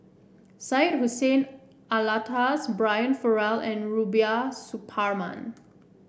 Syed Hussein Alatas Brian Farrell and Rubiah Suparman